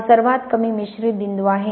हा सर्वात कमी मिश्रित बिंदू आहे